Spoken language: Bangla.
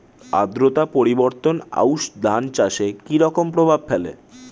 আদ্রতা পরিবর্তন আউশ ধান চাষে কি রকম প্রভাব ফেলে?